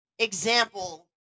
Example